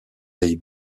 pays